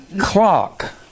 clock